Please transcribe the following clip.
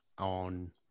on